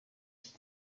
ati